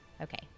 Okay